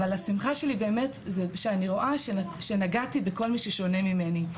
אבל השמחה שלי באמת שאני רואה שנגעתי בכל מי ששונה ממני,